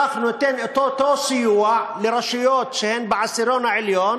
אנחנו ניתן את אותו סיוע לרשויות שהן בעשירון העליון